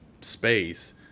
space